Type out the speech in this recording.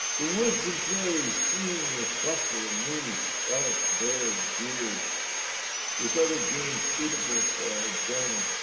the woods in prairies team with buffalo moose l bear dear with other games suitable for our enjoyment.